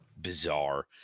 bizarre